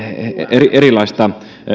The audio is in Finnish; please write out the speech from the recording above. erilaista